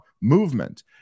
movement